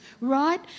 right